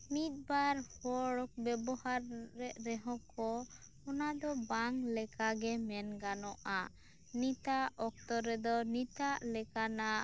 ᱢᱤᱫᱼᱵᱟᱨ ᱦᱚᱲ ᱵᱮᱵᱚᱦᱟᱨᱮᱫ ᱨᱮᱦᱚᱸ ᱠᱚ ᱚᱱᱟ ᱫᱚ ᱵᱟᱝ ᱞᱮᱠᱟ ᱜᱮ ᱢᱮᱱ ᱜᱟᱱᱚᱜᱼᱟ ᱱᱤᱛᱟᱜ ᱚᱠᱛᱚ ᱨᱮᱫᱚ ᱱᱤᱛᱟᱜ ᱞᱮᱠᱟᱱᱟᱜ